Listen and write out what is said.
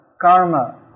karma